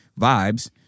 vibes